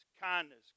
kindness